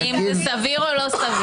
האם זה סביר או לא סביר?